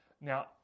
Now